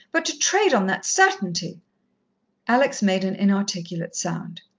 but to trade on that certainty alex made an inarticulate sound.